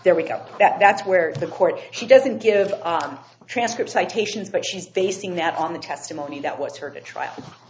there we go that's where the court she doesn't give the transcript citations but she's basing that on the testimony that was heard at trial